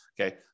Okay